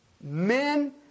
men